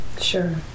Sure